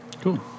Cool